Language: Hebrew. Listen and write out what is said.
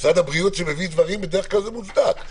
כאשר משרד הבריאות מביא דברים בדרך כלל זה מוצדק,